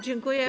Dziękuję.